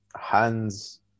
hands